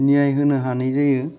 नियाइ होनो हानाय जायो